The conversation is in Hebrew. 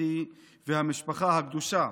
הצרפתי והמשפחה הקדושה.